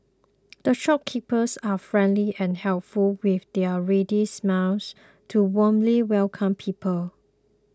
the shopkeepers are friendly and helpful with their ready smiles to warmly welcome people